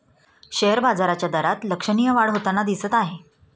share बाजाराच्या दरात लक्षणीय वाढ होताना दिसत आहे